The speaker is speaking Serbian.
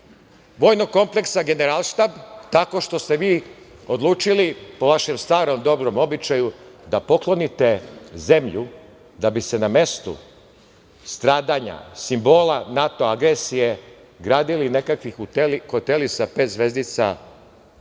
vojnog kompleksa Generalštab, a tako što ste vi odlučili, po vašem starom dobrom običaju, da poklonite zemlju da bi se na mestu stradanja, simbola NATO agresije gradili nekakvi hoteli sa pet zvezdica sa